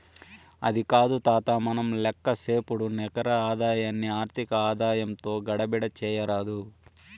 అది కాదు తాతా, మనం లేక్కసేపుడు నికర ఆదాయాన్ని ఆర్థిక ఆదాయంతో గడబిడ చేయరాదు